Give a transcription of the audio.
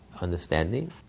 understanding